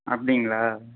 அப்படிங்களா